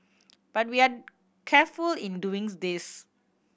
but we are careful in doing this